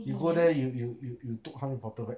you go there you you you you took how many bottle back